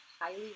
highly